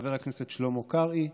חבר הכנסת שלמה קרעי,